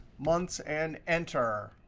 months and enter.